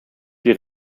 die